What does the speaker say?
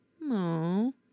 No